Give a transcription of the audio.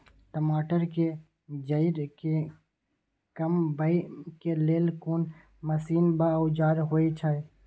टमाटर के जईर के कमबै के लेल कोन मसीन व औजार होय छै?